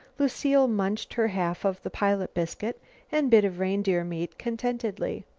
lucile munched her half of the pilot biscuit and bit of reindeer meat contentedly.